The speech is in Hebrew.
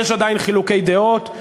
יש עדיין חילוקי דעות,